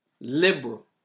liberal